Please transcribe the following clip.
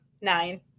Nine